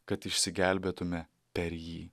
kad išsigelbėtume per jį